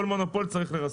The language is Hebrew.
כל מונופול צריך לרסק.